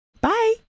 Bye